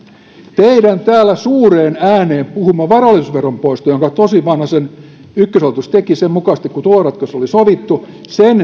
teidän täällä suureen ääneen puhumanne varallisuusveron poiston jonka tosin vanhasen ykköshallitus teki sen mukaisesti kuin tuloratkaisu oli sovittu